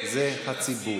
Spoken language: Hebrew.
זה הציבור.